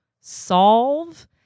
solve